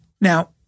Now